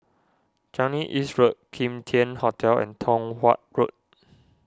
Changi East Road Kim Tian Hotel and Tong Watt Road